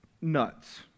nuts